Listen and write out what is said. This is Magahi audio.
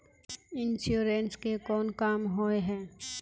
इंश्योरेंस के कोन काम होय है?